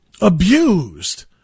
abused